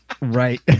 Right